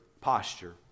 posture